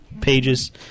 pages